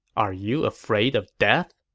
are you afraid of death?